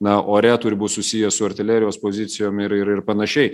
na ore tur būt susiję su artilerijos pozicijom ir ir ir panašiai